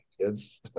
kids